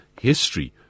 history